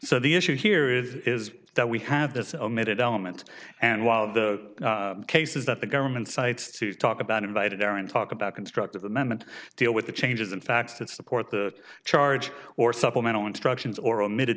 so the issue here is that we have this omitted element and while the cases that the government cites to talk about invited aren't talked about constructive amendment deal with the changes in facts that support the charge or supplemental instructions or omitted